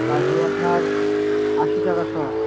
কাজু আপনার আশি টাকা শ